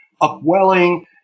upwelling